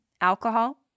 alcohol